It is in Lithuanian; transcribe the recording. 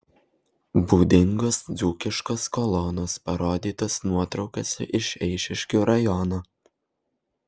būdingos dzūkiškos kolonos parodytos nuotraukose iš eišiškių rajono